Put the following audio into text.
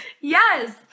Yes